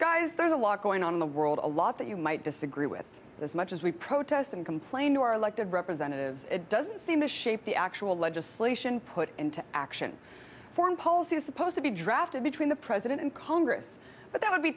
guys there's a lot going on in the world a lot that you might disagree with as much as we protest and complain to our elected representatives it doesn't seem to shape the actual legislation put into action foreign policy is supposed to be drafted between the president and congress but that would be